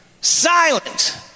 silent